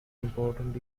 important